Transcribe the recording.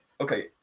okay